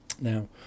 Now